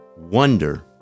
Wonder